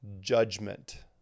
judgment